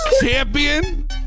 champion